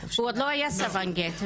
הוא עוד לא היה סרבן גט.